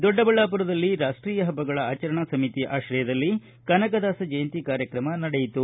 ದೊಡ್ಡಬಳ್ಳಾಪುರದಲ್ಲಿ ರಾಷ್ಟೀಯ ಹಬ್ಬಗಳ ಆಚರಣಾ ಸಮಿತಿ ಆಶ್ರಯದಲ್ಲಿ ಕನಕದಾಸ ಜಯಂತಿ ಕಾರ್ಯಕ್ರಮ ನಡೆಯಿತು